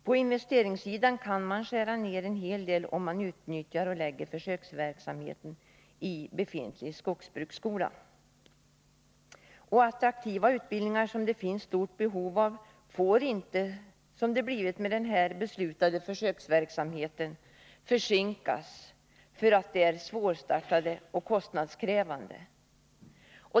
På investeringssidan kan man skära ned en hel del, om försöksverksamheten förläggs till den i Ljusdal befintliga skogsbruksskolan. Attraktiva utbildningar som det finns stort behov av får inte försinkas för att de är svårstartade och kostnadskrävande.